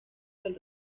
del